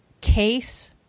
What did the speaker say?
case